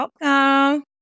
Welcome